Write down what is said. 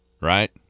Right